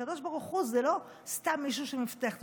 והקדוש ברוך הוא זה לא סתם מישהו שמבטיח.